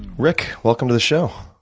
rick, welcome to the show.